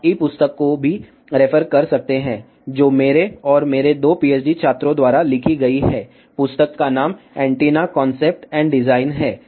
आप ई पुस्तक को भी रेफर कर सकते हैं जो मेरे और मेरे दो PhD छात्रों द्वारा लिखी गई है पुस्तक का नाम एंटीना कॉन्सेप्ट एंड डिज़ाइन है